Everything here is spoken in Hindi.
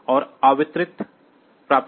और आवृत्ति प्राप्त करें